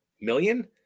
million